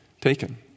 taken